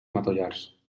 matollars